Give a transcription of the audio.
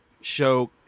show